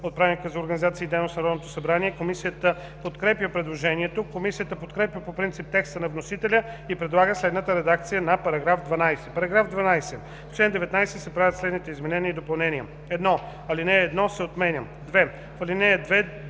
от Правилника за организацията и дейността на Народното събрание. Комисията подкрепя предложението. Комисията подкрепя по принцип текста на вносителя и предлага следната редакция на § 12: „§ 12. В чл. 19 се правят следните изменения и допълнения: 1. Алинея 1 се отменя. 2. В ал.